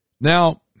Now